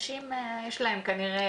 אנשים כנראה